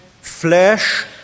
flesh